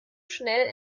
schnell